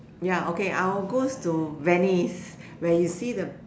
ya okay I will go to Venice where you see the